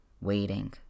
waiting